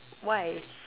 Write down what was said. why